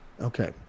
Okay